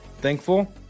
thankful